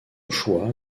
choix